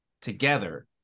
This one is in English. together